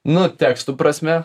nu tekstų prasme